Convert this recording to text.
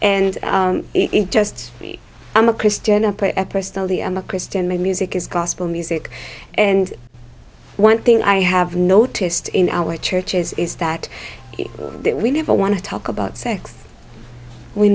and it just i'm a christian up at personally and a christian my music is gospel music and one thing i have noticed in our churches is that we never want to talk about sex we